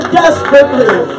desperately